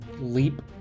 leap